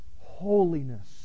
holiness